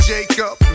Jacob